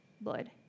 blood